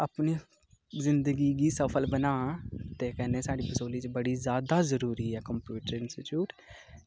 अपनी जिंदगी गी सफल बनां ते कन्नै साढ़ी बसोह्ली च बड़ी ज्यादा जरूरी ऐ कंप्यूटर इंस्टीट्यूट